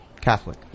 Catholic